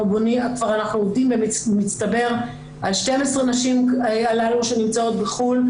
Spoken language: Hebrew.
אנחנו כבר עובדים במצטבר על 12 נשים הללו שנמצאות בחו"ל,